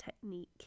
technique